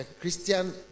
Christian